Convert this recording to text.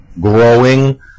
growing